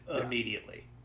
immediately